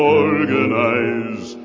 organize